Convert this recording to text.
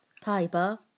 Piper